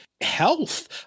health